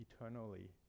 eternally